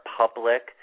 public